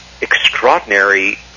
extraordinary